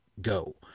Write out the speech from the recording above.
go